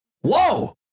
Whoa